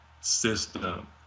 system